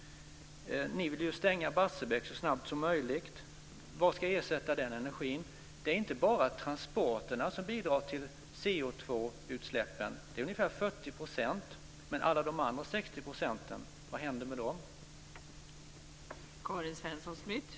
Ni vill ju stänga Barsebäck så snabbt som möjligt. Vad ska ersätta den energi som då går förlorad? Det är inte bara transporterna som bidrar till CO2-utsläppen. De står för ungefär 40 %, men vad händer med de andra 60 procenten?